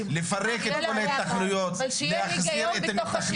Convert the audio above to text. לפרק את כל ההתנחלויות,